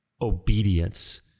obedience